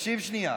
תקשיב שנייה.